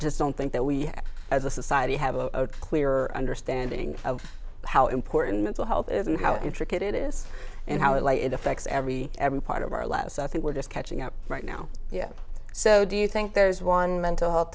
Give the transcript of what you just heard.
just don't think that we as a society have a clearer understanding of how important the health is and how intricate it is and how it affects every every part of our last i think we're just catching up right now yet so do you think there's one mental health